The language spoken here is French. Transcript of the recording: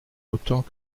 autant